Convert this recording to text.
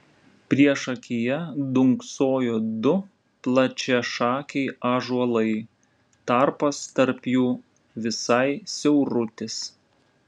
priešakyje dunksojo du plačiašakiai ąžuolai tarpas tarp jų visai siaurutis